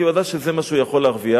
כי הוא ידע שזה מה שהוא יכול להרוויח.